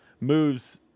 moves